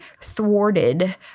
thwarted